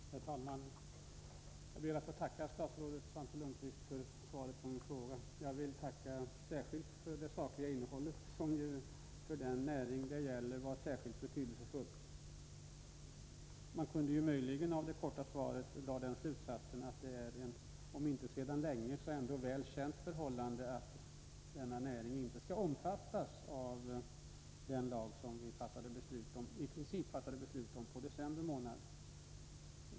Herr talman! Jag ber att få tacka statsrådet Svante Lundkvist för svaret på min fråga. Jag vill framför allt tacka för det sakliga innehållet, som för den näring det gäller är särskilt betydelsefullt. Man kunde möjligen av det korta svaret dra den slutsatsen att det är ett om inte sedan länge så ändå väl känt förhållande att denna näring inte skall omfattas av den lag som vi i princip fattade beslut om i december månad.